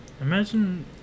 Imagine